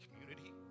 community